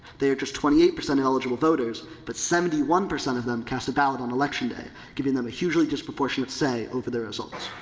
they are just twenty eight percent of eligible voters but seventy one percent of them cast a ballot on election day giving them a hugely disproportionate say over the results.